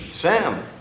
Sam